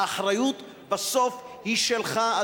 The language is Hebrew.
האחריות בסוף היא שלך,